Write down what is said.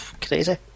crazy